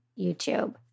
YouTube